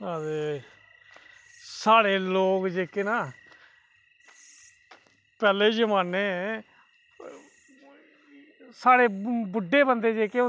ते साढ़े लोक जेह्के ना पैह्लें जमानै साढ़े बुड्ढै बंदे जेह्के